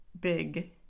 big